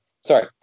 Sorry